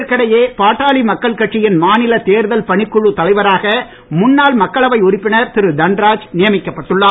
இதற்கிடையே பாட்டாளி மக்கள் கட்சியின் மாநில தேர்தல் பணிக்குழுத் தலைவராக முன்னாள் மக்களவை உறுப்பினர் திரு தன்ராஜ் நியமிக்கப்பட்டள்ளார்